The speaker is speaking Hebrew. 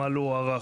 מה לא הוארך,